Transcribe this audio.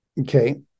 Okay